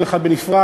כל אחת בנפרד,